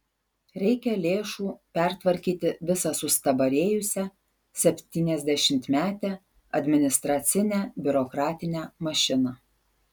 reikia lėšų pertvarkyti visą sustabarėjusią septyniasdešimtmetę administracinę biurokratinę mašiną